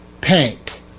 paint